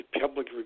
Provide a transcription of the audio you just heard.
Public